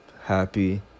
happy